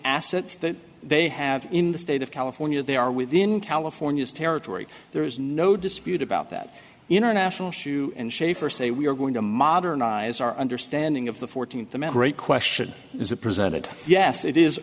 assets that they have in the state of california they are within california's territory there is no dispute about that international issue and schaffer say we are going to modernize our understanding of the fourteenth amendment question is a presented yes it is